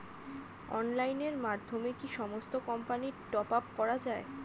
অনলাইনের মাধ্যমে কি সমস্ত কোম্পানির টপ আপ করা যায়?